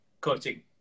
coaching